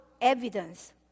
evidence